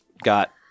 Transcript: got